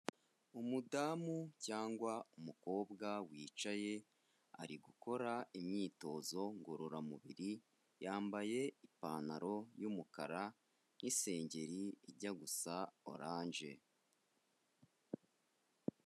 Umudamu cyangwa umukobwa wicaye, ari gukora imyitozo ngororamubiri, yambaye ipantaro y'umukara n'isengeri ijya gusa oranje.